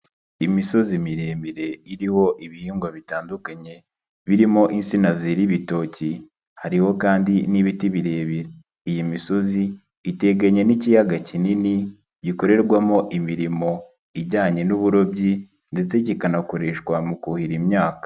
Imisozi miremire iriho ibihingwa bitandukanye birimo insina zera ibitoki, hariho kandi n'ibiti birebire. Iyi misozi iteganye n'ikiyaga kinini, gikorerwamo imirimo ijyanye n'uburobyi ndetse kikanakoreshwa mu kuhira imyaka.